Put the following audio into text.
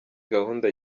gahunda